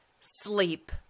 sleep